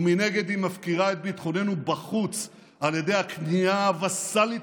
ומנגד היא מפקירה את ביטחוננו בחוץ על ידי הכניעה הווסלית